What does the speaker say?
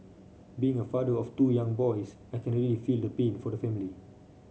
being a father of two young boys I can really feel the pain for the family